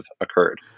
occurred